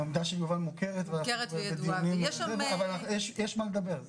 העמדה מוכרת, יש מה לדבר.